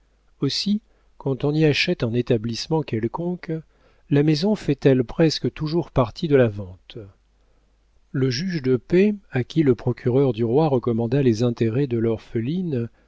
aussi quand on y achète un établissement quelconque la maison fait-elle presque toujours partie de la vente le juge de paix à qui le procureur du roi recommanda les intérêts de l'orpheline